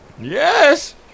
Yes